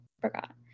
forgot